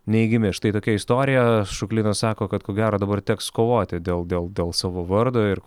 neigiami štai tokia istorija šuklinas sako kad ko gero dabar teks kovoti dėl dėl dėl savo vardo ir